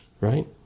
right